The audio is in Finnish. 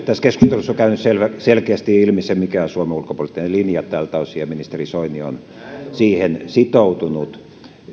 tässä keskustelussa on käynyt selkeästi ilmi se mikä on suomen ulkopoliittinen linja tältä osin ja ministeri soini on siihen sitoutunut